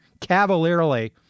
cavalierly